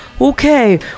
okay